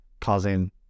causing